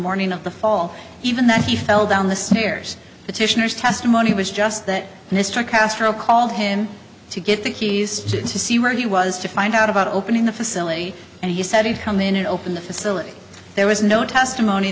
morning of the fall even that he fell down the stairs petitioner's test money was just that mr castro called him to get the keys to him to see where he was to find out about opening the facility and he said he'd come in and open the facility there was no testimony